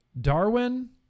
Darwin